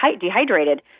dehydrated